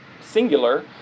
singular